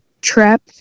trap